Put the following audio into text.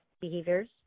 behaviors